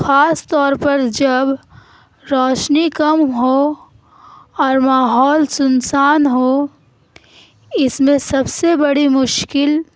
خاص طور پر جب روشنی کم ہو اور ماحول سنسان ہو اس میں سب سے بڑی مشکل